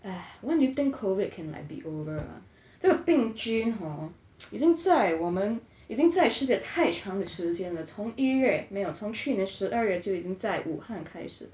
!hais! when do you think COVID can like be over uh 这个病菌 hor 已经在我们已经在世界太长的时间了从一月没有从去年十二月就已经在武汉开始